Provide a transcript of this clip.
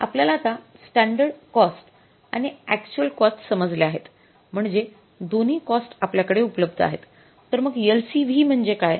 आपल्याला आता standard cost आणि अक्चुअल कॉस्ट समजल्या आहेत म्हणजे दोन्ही कॉस्ट आपल्या कडे उपलब्ध आहेत तर मग LCV म्हणजे काय